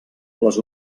les